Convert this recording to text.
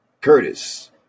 Curtis